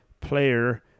player